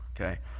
okay